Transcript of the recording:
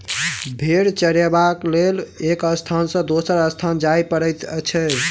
भेंड़ चरयबाक लेल एक स्थान सॅ दोसर स्थान जाय पड़ैत छै